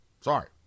Sorry